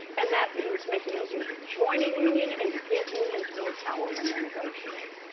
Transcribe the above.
and that means make it easier to join a union and to give unions more power when they negotiate.